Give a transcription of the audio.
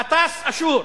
מטס אסור,